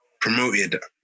promoted